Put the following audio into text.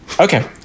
Okay